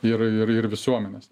ir ir ir visuomenės